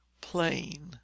Plain